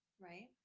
Right